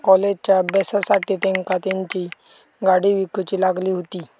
कॉलेजच्या अभ्यासासाठी तेंका तेंची गाडी विकूची लागली हुती